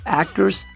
actors